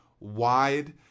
wide